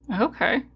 Okay